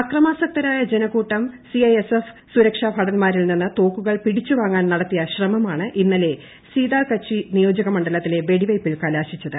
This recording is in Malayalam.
അക്രമാസൂക്ത്രായ ജനക്കൂട്ടം സിഐഎസ്എഫ് സുരക്ഷാഭടൻമാരിൽ നിന്ന് ിത്തോർക്കുകൾ പിടിച്ചുവാങ്ങാൻ നടത്തിയ ശ്രമമാണ് ഇന്നലെ കൂ സ്പീതാൽകച്ചി നിയോജകമണ്ഡലത്തിലെ വെടിവയ്പിൽ കലാശീച്ചത്